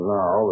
now